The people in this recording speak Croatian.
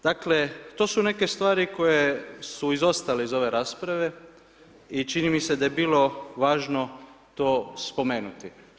Dakle, to su neke stvari koje su izostale iz ove rasprave i čini mi se da je bilo važno to spomenuti.